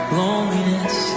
loneliness